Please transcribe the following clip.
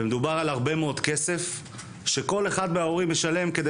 מדובר על הרבה מאוד כסף שכל אחד מההורים ישלם כדי